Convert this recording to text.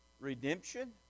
redemption